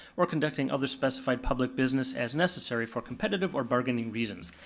or conducting other specified public business as necessary for competitive or bargaining reasons.